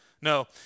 No